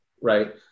right